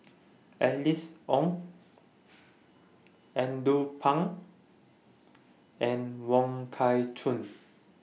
Alice Ong Andrew Phang and Wong Kah Chun